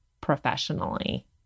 professionally